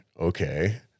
okay